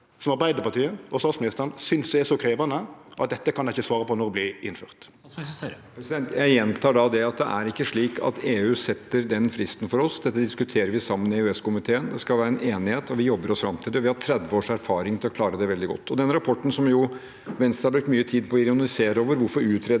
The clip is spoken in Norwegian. Arbeidarpartiet og statsministeren synest er så krevjande at dei ikkje kan svare på når dette vert innført? Statsminister Jonas Gahr Støre Jeg gjen- tar at det ikke er slik at EU setter den fristen for oss. Dette diskuterer vi sammen i EØS-komiteen. Det skal være en enighet, og vi jobber oss fram til det. Vi har 30 års erfaring i å klare det veldig godt. Til den rapporten som Venstre har brukt mye tid på å ironisere over – hvorfor utreder